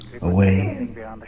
away